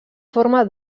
forma